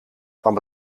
kwam